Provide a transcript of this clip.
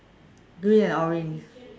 green and orange